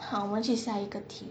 好我们去下一个 tip